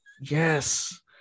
Yes